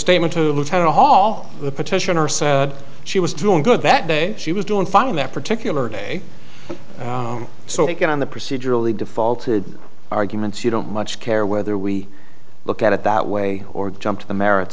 statement to try to halt the petitioner said she was doing good that day she was doing fine in that particular day so take it on the procedurally defaulted arguments you don't much care whether we look at it that way or jump to the merits